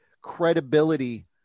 credibility